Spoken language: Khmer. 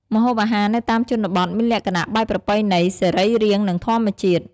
ម្ហូបអាហារនៅតាមជនបទមានលក្ខណៈបែបប្រពៃណី សរីរាង្គ និងធម្មជាតិ។